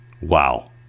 Wow